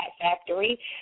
Factory